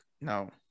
no